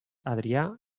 adrià